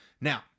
Now